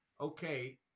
Okay